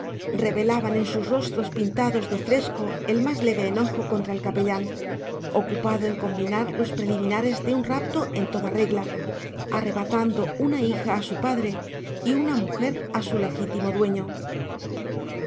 revelaban en sus rostros pintados de fresco el más leve enojo contra el capellán ocupado en combinar los preliminares de un rapto en toda regla arrebatando una hija a su padre y una mujer a su legítimo dueño